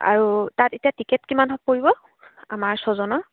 আৰু তাত এতিয়া টিকেট কিমান পৰিব আমাৰ ছয়জনৰ